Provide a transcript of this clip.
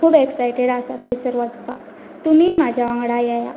खूब एक्सायटेड आसा थंयसर वचपाक तुमी म्हाज्या वांगडा येया